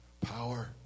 power